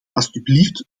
alstublieft